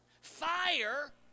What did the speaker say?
Fire